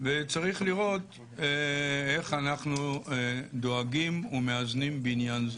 וצריך לראות איך אנחנו דואגים ומאזנים בעניין זה.